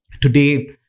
today